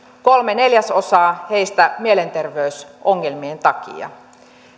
kolme neljäsosaa heistä mielenterveysongelmien takia